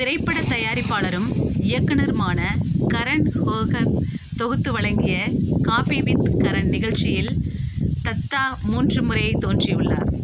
திரைப்படத் தயாரிப்பாளரும் இயக்குநருமான கரண் ஜோஹர் தொகுத்து வழங்கிய காஃபி வித் கரண் நிகழ்ச்சியில் தத்தா மூன்று முறை தோன்றியுள்ளார்